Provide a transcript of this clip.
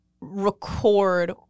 record